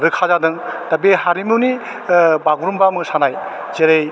रोखा जादों दा बे हारिमुनि बागुरुमबा मोसानाय जेरै